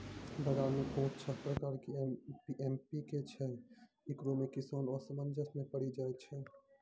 बाजार मे पाँच छह प्रकार के एम.पी.के छैय, इकरो मे किसान असमंजस मे पड़ी जाय छैय?